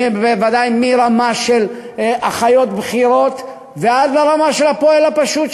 בוודאי מרמה של אחיות בכירות ועד לרמה של הפועל הפשוט,